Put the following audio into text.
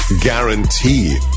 guarantee